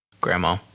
Grandma